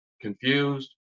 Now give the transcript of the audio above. confused